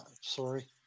Sorry